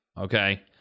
Okay